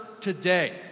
today